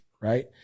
right